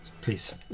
Please